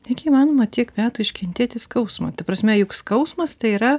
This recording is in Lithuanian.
negi įmanoma tiek metų iškentėti skausmą ta prasme juk skausmas tai yra